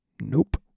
Nope